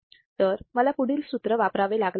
तर मला पुढील सूत्र वापरावे लागले असते